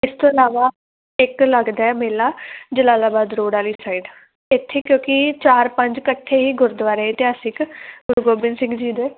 ਇਸ ਤੋਂ ਇਲਾਵਾ ਇੱਕ ਲੱਗਦਾ ਮੇਲਾ ਜਲਾਲਾਬਾਦ ਰੋਡ ਵਾਲੀ ਸਾਈਡ ਇੱਥੇ ਕਿਉਂਕਿ ਚਾਰ ਪੰਜ ਇਕੱਠੇ ਹੀ ਗੁਰਦੁਆਰੇ ਇਤਿਹਾਸਿਕ ਗੁਰੂ ਗੋਬਿੰਦ ਸਿੰਘ ਜੀ ਦੇ